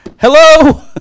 hello